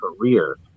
career